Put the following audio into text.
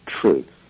truth